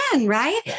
Right